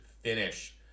finish